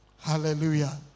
Hallelujah